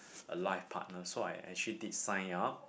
a life partner so I actually did sign up